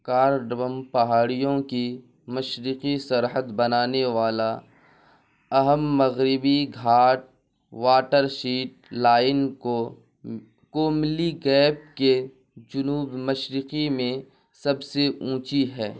کارڈوم پہاڑیوں کی مشرقی سرحد بنانے والا اہم مغربی گھاٹ واٹرشیڈ لائن کو کوملی گیپ کے جنوب مشرقی میں سب سے اونچی ہے